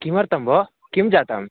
किमर्थं भोः किं जातं